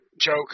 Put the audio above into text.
joke